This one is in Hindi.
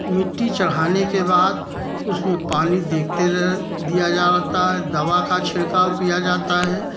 मिट्टी चढ़ाने के बाद उस में पानी देखते रह दिया जाता है दवा का छिड़काव किया जाता है